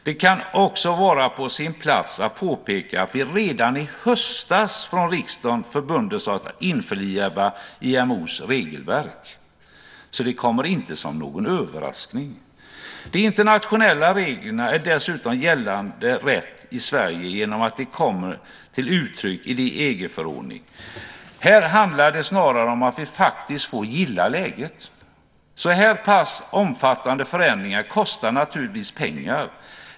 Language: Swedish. Det kan också vara på sin plats att påpeka att vi redan i höstas från riksdagens sida förband oss att införliva IMO:s regelverk. Det kommer inte som någon överraskning. De internationella reglerna är dessutom gällande rätt i Sverige genom att de kommer till uttryck i en EG-förordning. Här handlar det snarare om att vi faktiskt får gilla läget. Så här pass omfattande förändringar kostar naturligtvis pengar.